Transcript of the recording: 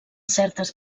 certes